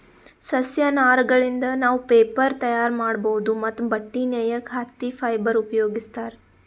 ಸಸ್ಯ ನಾರಗಳಿಂದ್ ನಾವ್ ಪೇಪರ್ ತಯಾರ್ ಮಾಡ್ಬಹುದ್ ಮತ್ತ್ ಬಟ್ಟಿ ನೇಯಕ್ ಹತ್ತಿ ಫೈಬರ್ ಉಪಯೋಗಿಸ್ತಾರ್